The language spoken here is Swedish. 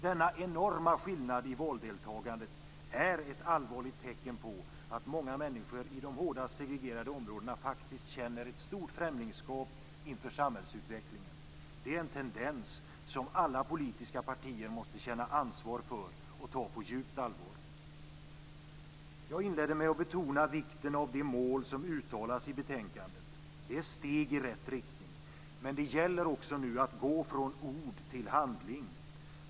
Denna enorma skillnad i valdeltagandet är ett allvarligt tecken på att många människor i de hårdast segregerade områdena faktiskt känner ett stort främlingskap inför samhällsutvecklingen. Det är en tendens som alla politiska partier måste känna ansvar för och ta på djupt allvar. Jag inledde med att betona vikten av de mål som uttalas i betänkandet. De är steg i rätt riktning, men det gäller nu också att gå från ord till handling.